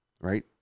right